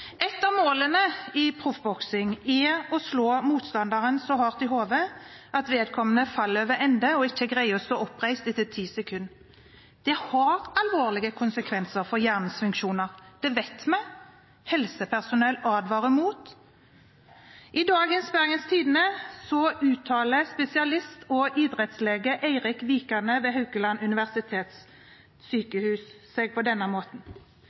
Et av målene i proffboksing er å slå motstanderen så hardt i hodet at vedkommende faller over ende og ikke greier å stå oppreist etter 10 sekunder. Det har alvorlige konsekvenser for hjernens funksjoner – det vet vi helsepersonell advarer mot. I dagens Bergens Tidende uttaler spesialist og idrettslege Eirik Vikane ved Haukeland